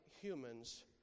humans